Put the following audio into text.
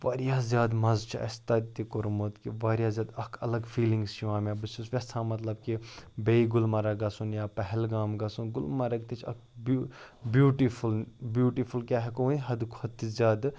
واریاہ زیادٕ مَزٕ چھِ اَسہِ تَتہِ تہِ کوٚرمُت کہِ واریاہ زیادٕ اَکھ اَلگ فیٖلِنٛگٕس چھِ یِوان مےٚ بہٕ چھُس یَژھان مطلب کہِ بیٚیہِ گُلمرٕگ گژھُن یا پہلگام گژھُن گُلمرٕگ تہِ چھِ اَکھ بیوٗ بیوٗٹیٖفُل بیوٗٹیٖفُل کیٛاہ ہٮ۪کو ؤنِتھ حدٕ کھۄتہٕ تہِ زیادٕ